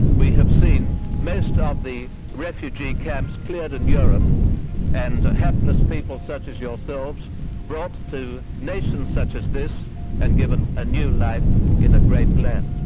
we have seen most of the refugee camps cleared in europe and hapless people such as yourselves brought to nations such as this and given a new life in a great land.